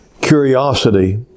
curiosity